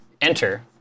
enter